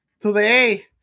today